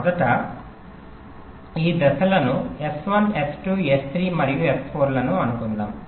మొదట ఈ దశలను S1 S2 S3 మరియు S4 లను అనుకుందాం